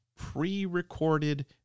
Pre-recorded